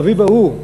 באביב ההוא,